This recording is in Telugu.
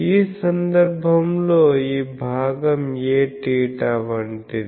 ఈ సందర్భంలో ఈ భాగం Aθ వంటిది